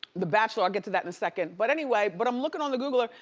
the bachelor, i'll get to that in a second. but anyway, but i'm looking on the googler,